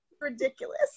Ridiculous